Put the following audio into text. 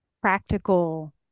practical